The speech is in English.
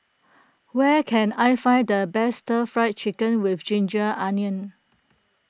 where can I find the best Stir Fry Chicken with Ginger Onions